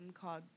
called